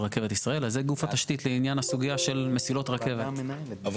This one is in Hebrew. גם רכבת ישראל, לצורך העניין, זו תשתית.